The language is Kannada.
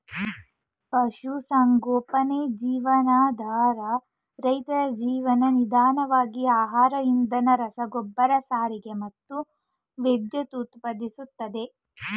ಪಶುಸಂಗೋಪನೆ ಜೀವನಾಧಾರ ರೈತರ ಜೀವನ ವಿಧಾನವಾಗಿ ಆಹಾರ ಇಂಧನ ರಸಗೊಬ್ಬರ ಸಾರಿಗೆ ಮತ್ತು ವಿದ್ಯುತ್ ಉತ್ಪಾದಿಸ್ತದೆ